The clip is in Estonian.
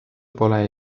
pole